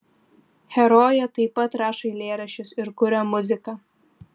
herojė taip pat rašo eilėraščius ir kuria muziką